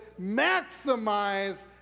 maximize